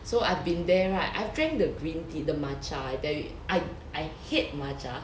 so I've been there right I've drank the green tea the matcha I tell you I I hate matcha